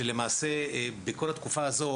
שלמעשה בכל התקופה הזו,